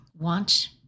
want